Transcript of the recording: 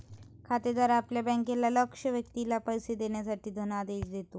खातेदार आपल्या बँकेला लक्ष्य व्यक्तीला पैसे देण्यासाठी धनादेश देतो